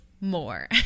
more